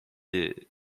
est